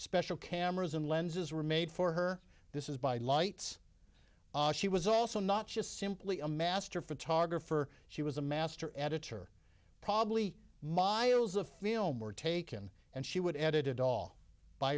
special cameras and lenses were made for her this is by lights she was also not just simply a master photographer she was a master editor probably miles of film were taken and she would edit it all by